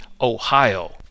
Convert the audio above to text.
Ohio